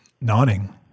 nodding